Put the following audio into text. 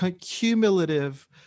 cumulative